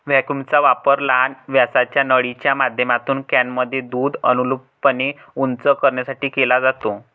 व्हॅक्यूमचा वापर लहान व्यासाच्या नळीच्या माध्यमातून कॅनमध्ये दूध अनुलंबपणे उंच करण्यासाठी केला जातो